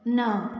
न